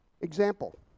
Example